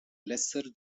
lesser